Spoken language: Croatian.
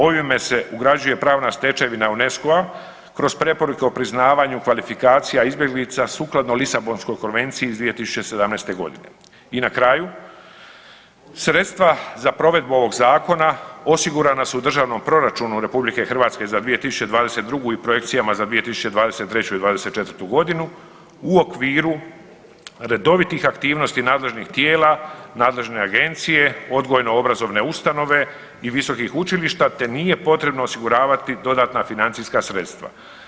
Ovime se ugrađuje pravna stečevina UNESCO-a kroz preporuke o priznavanju kvalifikacija izbjeglica sukladno Lisabonskoj konvenciji iz 2017. g. I na kraju, sredstva za provedbu ovog Zakona osigurana su u Državnom proračunu RH za 2022. i projekcijama za 2023. i '24. g. u okviru redovitih aktivnosti nadležnih tijela, nadležne agencije, odgojno-obrazovne ustanove i visokih učilišta te nije potrebno osiguravati dodatna financijska sredstva.